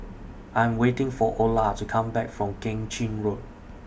I Am waiting For Olar to Come Back from Keng Chin Road